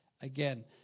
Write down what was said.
Again